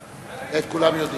וכעת כולם יודעים.